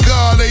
God